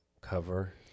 cover